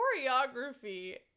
choreography